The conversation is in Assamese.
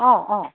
অঁ অঁ